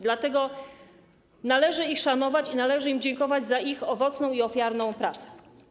Dlatego należy ich szanować i należy im dziękować za ich owocną i ofiarną pracę.